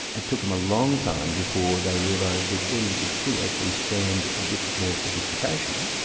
it took them a long time before they realised that audiences could actually stand a bit more sophistication.